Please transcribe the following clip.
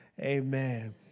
amen